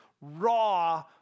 raw